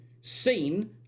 seen